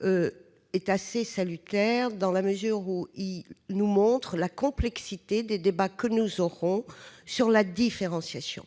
est assez salutaire, dans la mesure où il nous montre la complexité des débats que nous aurons sur la différenciation.